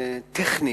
הטכניים,